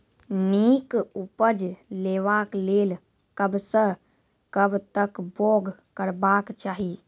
नीक उपज लेवाक लेल कबसअ कब तक बौग करबाक चाही?